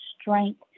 strength